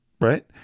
right